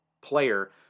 player